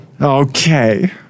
okay